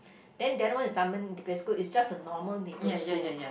then the other one is Dunman-Integrated-School is just a normal neighbourhood school